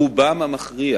רובם המכריע